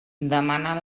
demanar